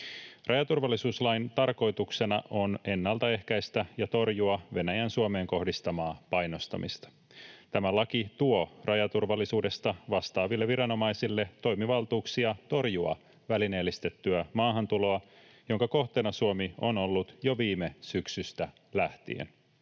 Rajaturvallisuuslain tarkoituksena on ennaltaehkäistä ja torjua Venäjän Suomeen kohdistamaa painostamista. Tämä laki tuo rajaturvallisuudesta vastaaville viranomaisille toimivaltuuksia torjua välineellistettyä maahantuloa, jonka kohteena Suomi on ollut jo viime syksystä lähtien.